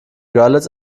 görlitz